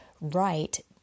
write